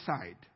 side